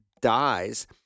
dies